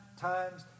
times